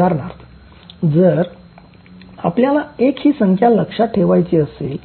उदाहरणार्थ जर आपल्याला एक ही संख्या लक्षात ठेवायची असेल